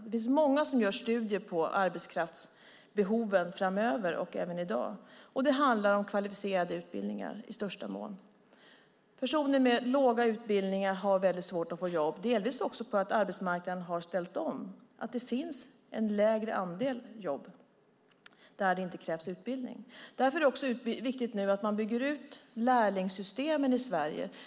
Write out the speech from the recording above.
Det finns många som gör studier på arbetskraftsbehoven framöver och även i dag, och det handlar till största delen om kvalificerade utbildningar. Personer med låga utbildningar har väldigt svårt att få jobb, delvis också för att arbetsmarknaden har ställt om så att det finns en mindre andel jobb där det inte krävs utbildning. Därför är det nu viktigt att bygga ut lärlingssystemen i Sverige.